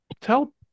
tell